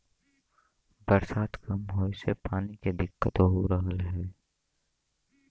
बरसात कम होए से पानी के दिक्कत हो रहल हौ